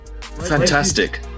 Fantastic